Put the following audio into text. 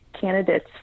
candidates